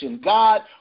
God